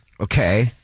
Okay